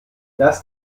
das